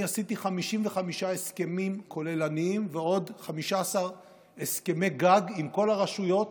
אני עשיתי 55 הסכמים כוללניים ועוד 15 הסכמי גג עם כל הרשויות,